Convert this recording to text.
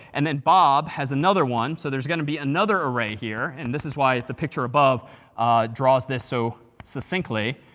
and then bob has another one. so there's going to be another array here. and this is why the picture above draws this so succinctly.